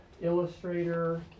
illustrator